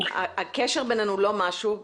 הקשר בינינו הוא לא "משהו",